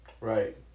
Right